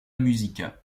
musica